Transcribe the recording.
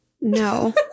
No